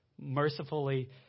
mercifully